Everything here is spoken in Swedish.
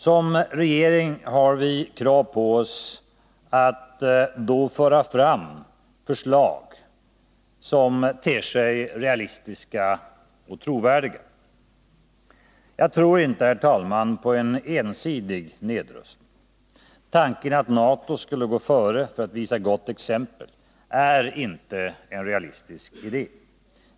Som regering har vi krav på oss att föra fram förslag som ter sig realistiska och trovärdiga. Jag tror inte, herr talman, på en ensidig nedrustning. Tanken att NATO skulle gå före med gott exempel är inte realistisk.